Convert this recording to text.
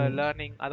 learning